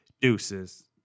Deuces